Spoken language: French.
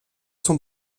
son